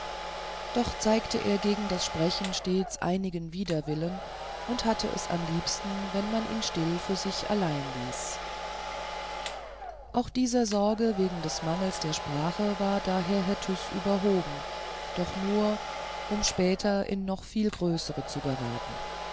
doch zeigte er gegen das sprechen stets einigen widerwillen und hatte es am liebsten wenn man ihn still für sich allein ließ auch dieser sorge wegen des mangels der sprache war daher herr tyß überhoben doch nur um später in noch viel größere zu geraten